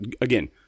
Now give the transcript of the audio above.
again